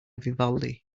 vivaldi